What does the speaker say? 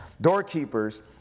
doorkeepers